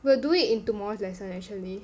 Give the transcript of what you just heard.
we'll do it in tomorrow's lesson actually